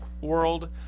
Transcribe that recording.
world